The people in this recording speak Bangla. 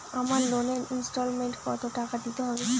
আমার লোনের ইনস্টলমেন্টৈ কত টাকা দিতে হবে?